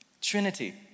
Trinity